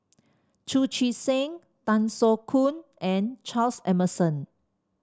Chu Chee Seng Tan Soo Khoon and Charles Emmerson